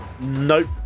Nope